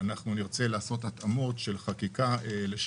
אנחנו נרצה לעשות התאמות של חקיקה בהתאם